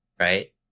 right